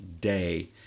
day